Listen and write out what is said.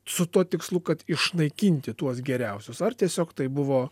su tuo tikslu kad išnaikinti tuos geriausius ar tiesiog tai buvo